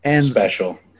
special